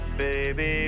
baby